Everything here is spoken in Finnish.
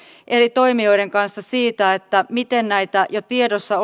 eri toimijoiden kanssa siitä miten näihin jo tiedossa